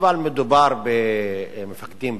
אבל מדובר במפקדים בצבא,